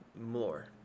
more